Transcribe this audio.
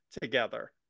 together